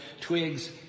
twigs